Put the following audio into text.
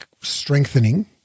strengthening